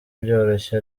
byoroshye